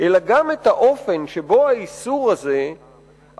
אלא גם את האופן שבו האיסור הזה עלול